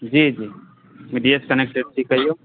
जी जी कनेक्टेड छी कहिऔ